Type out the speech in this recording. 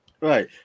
Right